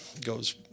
goes